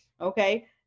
okay